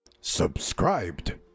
Subscribed